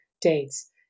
dates